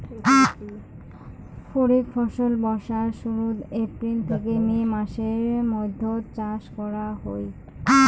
খরিফ ফসল বর্ষার শুরুত, এপ্রিল থেকে মে মাসের মৈধ্যত চাষ করা হই